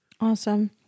Awesome